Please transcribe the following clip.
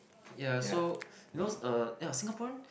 ya so you know uh yeah Singaporean